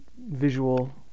visual